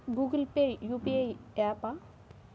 Google Pay UPI య్యాపా?